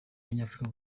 abanyafurika